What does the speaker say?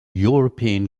european